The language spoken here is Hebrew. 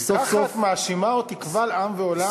ככה את מאשימה אותי קבל עם ועולם?